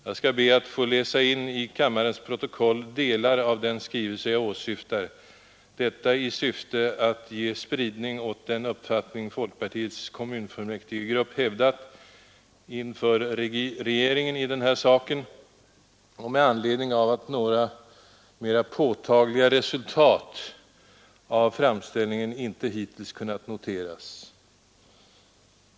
Jag skall be att få läsa in till kammarens protokoll delar av den skrivelse jag åsyftar detta i syfte att ge spridning åt den uppfattning folkpartiets kommunfullmäktigegrupp sålunda hävdat inför regeringen i den här saken och med anledning av att några mer påtagliga resultat av framställningen inte hittills kunnat noteras.